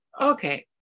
okay